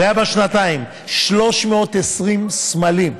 זה היה בשנתיים, 320 סמלים.